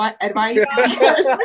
advice